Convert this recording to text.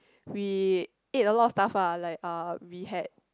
we ate a lot of stuff ah like uh we had